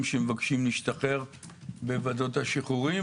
שמבקשים להשתחרר בוועדות השחרורים,